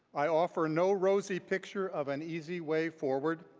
i offer no rosy picture of an easy way forward.